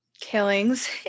killings